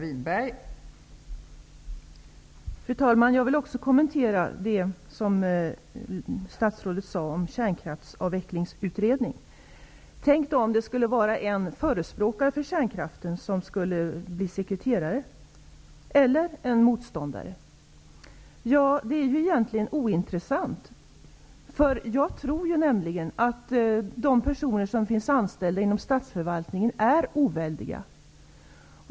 Fru talman! Jag vill också kommentera det som statsrådet sade om en kärnkraftsavvecklingsutredning. Tänk om en förespråkare för kärnkraften, eller en motståndare, skulle bli sekreterare i en sådan. Det är egentligen ointressant. Jag tror nämligen att de personer som är anställda inom statsförvaltningen är oväldiga.